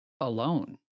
alone